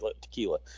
Tequila